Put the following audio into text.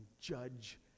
judge